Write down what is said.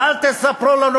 ואל תספרו לנו,